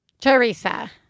Teresa